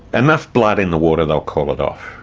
enough blood in the water, they'll call it off.